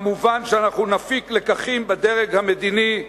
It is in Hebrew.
מובן שאנחנו נפיק לקחים בדרג המדיני,